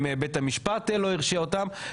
עם בית המשפט לא הרשיע אותם,